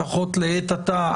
לפחות לעת עתה,